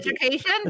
education